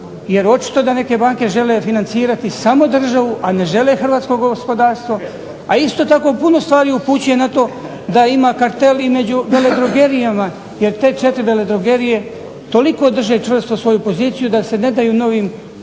Jer očito da neke banke žele financirati samo državu, a ne žele hrvatsko gospodarstvo, a isto tako puno stvari upućuje na to da ima kartel i među veledrogerijama. Jer te četiri veledrogerije toliko drže čvrsto svoju poziciju da se ne daju novim